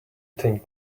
thing